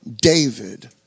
David